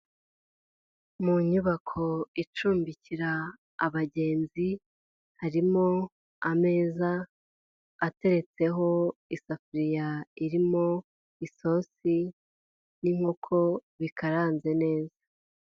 Mu nyubako icumbikira abagenzi, harimo ameza ateretseho isafuriya irimo isosi n'inkoko bikaranze neza.